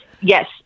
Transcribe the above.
yes